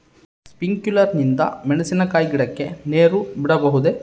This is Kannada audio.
ಸ್ಪಿಂಕ್ಯುಲರ್ ನಿಂದ ಮೆಣಸಿನಕಾಯಿ ಗಿಡಕ್ಕೆ ನೇರು ಬಿಡಬಹುದೆ?